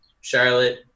Charlotte